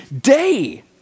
day